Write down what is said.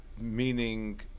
meaning